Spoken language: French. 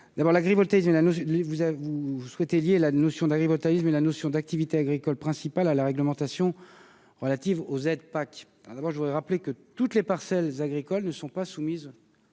? Vous souhaitez lier les notions d'agrivoltaïsme et d'activité agricole principale à la réglementation relative aux aides de la PAC. D'abord, rappelons que toutes les parcelles agricoles ne sont pas soumises